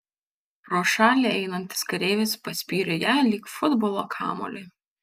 pro šalį einantis kareivis paspyrė ją lyg futbolo kamuolį